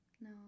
No